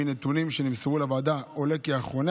מנתונים שנמסרו לוועדה עולה כי אחרוני